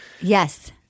Yes